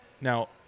Now